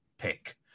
Pick